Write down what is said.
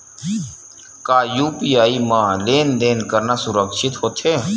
का यू.पी.आई म लेन देन करना सुरक्षित होथे?